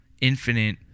infinite